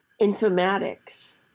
informatics